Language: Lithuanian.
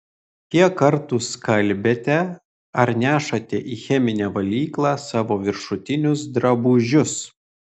kiek kartų skalbiate ar nešate į cheminę valyklą savo viršutinius drabužius